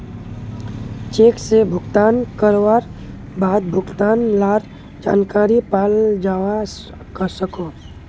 cheque से भुगतान करवार बाद भुगतान लार जानकारी पाल जावा सकोहो